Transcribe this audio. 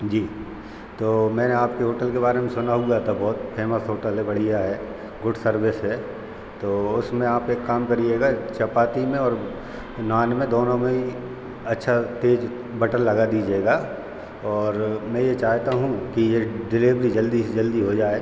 जी तो मैंने आपके होटल के बारे में सुना हुआ था बहुत फेमस होटल है बढ़िया है गुड सर्विस है तो उसमें आप एक काम करिएगा चपाती में और नान में दोनों में यह अच्छा तेज़ बटर लगा दीजिएगा और मैं यह चाहता हूँ कि यह डिलेवरी जल्दी से जल्दी हो जाए